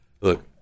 Look